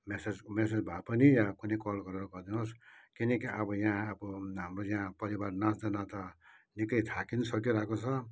message message भए पनि या कुनै कल गरेर गरिदिनुहोस् किनकि अब यहाँ अब हाम्रो यहाँ परिवार नाच्दा नाच्दा निकै थाकि नि सकिरहेको छ